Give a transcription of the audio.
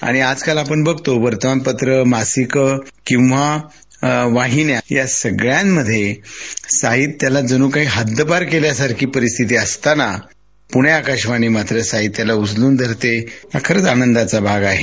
आणि आजकाल आपण बघतो वर्तमानपत्र मासिक किंवा वाहिन्या या सगळ्यामध्ये साहित्याला जणू काही हद्दपार केल्यासारखी परिस्थिती असताना पुणे आकाशवाणी मात्र साहित्याला उचलून धरते हा खरच आनंदाचा भाग आहे